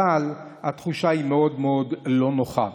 אבל התחושה היא מאוד מאוד לא נוחה.